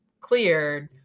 cleared